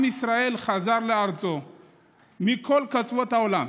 עם ישראל חזר לארצו מכל קצוות העולם,